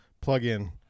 plug-in